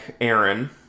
Aaron